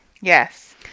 Yes